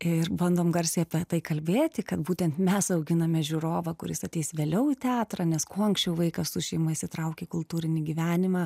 ir bandom garsiai apie tai kalbėti kad būtent mes auginame žiūrovą kuris ateis vėliau į teatrą nes kuo anksčiau vaikas su šeima įsitraukia į kultūrinį gyvenimą